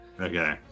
Okay